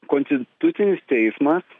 konstitucinis teismas